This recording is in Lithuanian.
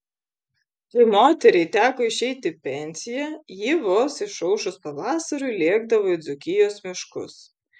kai moteriai teko išeiti į pensiją ji vos išaušus pavasariui lėkdavo į dzūkijos miškus